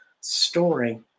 story